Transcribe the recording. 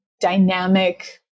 dynamic